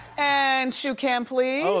and shoe cam, please. oh,